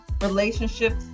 relationships